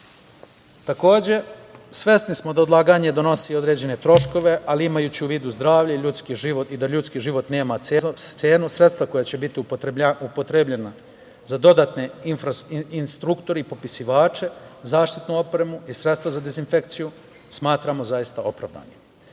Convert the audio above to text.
svesni smo da odlaganje donosi određene troškove, ali imajući u vidu zdravlje i ljudski život i da on nema cenu, sredstva koja će biti upotrebljena, za dodatne instruktore i popisivače, zaštitnu opremu i sredstva za dezinfekciju, smatramo zaista opravdanim.